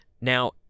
Now